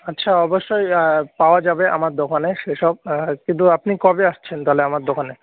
আচ্ছা অবশ্যই পাওয়া যাবে আমার দোকানে সে সব কিন্তু আপনি কবে আসছেন তাহলে আমার দোকানে